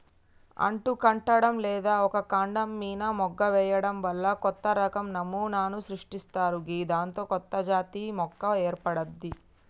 అంటుకట్టడం లేదా ఒక కాండం మీన మొగ్గ వేయడం వల్ల కొత్తరకం నమూనాను సృష్టిస్తరు గిదాంతో కొత్తజాతి మొక్క ఏర్పడ్తది